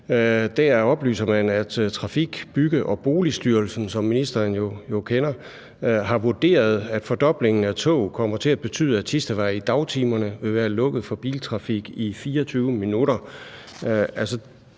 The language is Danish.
– oplyser man, at Trafik-, Bygge- og Boligstyrelsen, som ministeren jo kender, har vurderet, at fordoblingen af tog kommer til at betyde, at Thistedvej i dagtimerne vil være lukket for biltrafik i 24 minutter